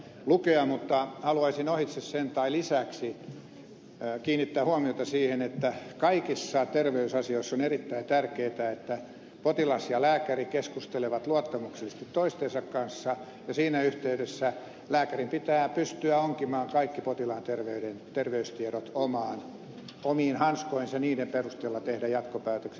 mutta haluaisin ohitse sen tai lisäksi kiinnittää huomiota siihen että kaikissa terveysasioissa on erittäin tärkeätä että potilas ja lääkäri keskustelevat luottamuksellisesti toistensa kanssa ja siinä yhteydessä lääkärin pitää pystyä onkimaan kaikki potilaan terveystiedot omiin hanskoihinsa ja niiden perusteella tehdä jatkopäätökset